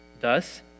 Thus